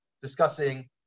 discussing